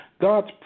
God's